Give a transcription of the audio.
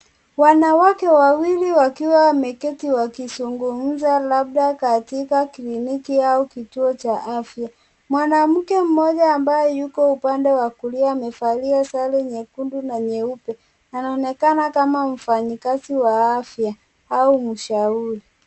Wanawake wawili wakiwa wameketi wakizungumza labda katika kliniki au kituo cha afya. Mwanamke mmoja ambaye yupo upande wa kulia amevalia sare nyekundu na nyeupe, anaonekana kama mfanyikazi wa afya au mshauri.